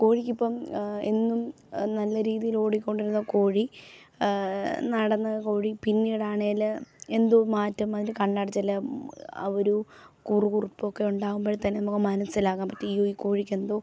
കോഴിക്കിപ്പം എന്നും നല്ല രീതിയിൽ ഓടിക്കൊണ്ടിരുന്ന കോഴി നടന്ന കോഴി പിന്നീടാണേല് എന്തോ മാറ്റം അതിൻ്റെ കണ്ണടച്ചില് ആ ഒരു കുറുകുറപ്പൊക്കെ ഉണ്ടാകുമ്പം തന്നെ നമുക്ക് മനസ്സിലാകാൻ പറ്റും ഈ കോഴിക്കെന്തോ